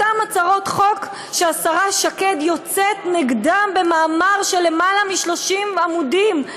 אותן הצהרות חוק שהשרה שקד יוצאת נגדן במאמר של למעלה מ-30 עמודים,